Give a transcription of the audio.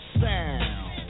sound